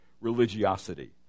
religiosity